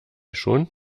schon